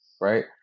Right